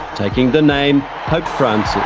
taking the name pope francis.